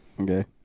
Okay